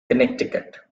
connecticut